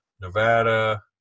nevada